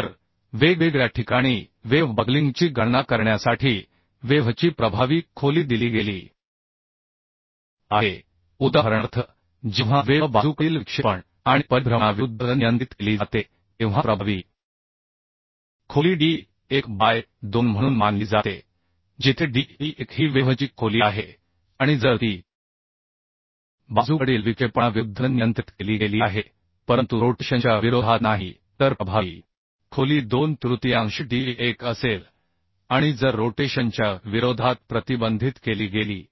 तर वेगवेगळ्या ठिकाणी वेव्ह बकलिंगची गणना करण्यासाठी वेव्हची प्रभावी खोली दिली गेली आहे उदाहरणार्थ जेव्हा वेव्हलॅटरल लॅटरल विक्षेपण आणि परिभ्रमणाविरूद्ध नियंत्रित केली जाते तेव्हा प्रभावी खोली d1 बाय 2 म्हणून मानली जाते जिथे d1 ही वेव्हची खोली आहे आणि जर ती लॅटरल विक्षेपणाविरूद्ध नियंत्रित केली गेली आहे परंतु रोटेशनच्या विरोधात नाही तर प्रभावी खोली दोन तृतीयांश d1 असेल आणि जर रोटेशनच्या विरोधात प्रतिबंधित केली गेली